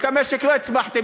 את המשק לא הצמחתם.